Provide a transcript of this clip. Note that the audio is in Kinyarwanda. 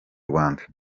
rwanda